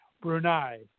Brunei